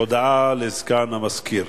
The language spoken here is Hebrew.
הודעה לסגן המזכיר.